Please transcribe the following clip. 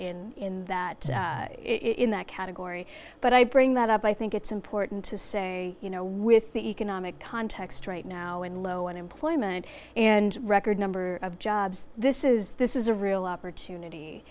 in that in that category but i bring that up i think it's important to say you know with the economic context right now and low unemployment and record number of jobs this is this is a real opportunity